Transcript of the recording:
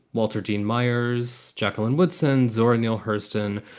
walter dean myers, jacqueline woodson, zora neale hurston,